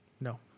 No